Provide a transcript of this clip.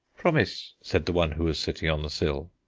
promise! said the one who was sitting on the sill.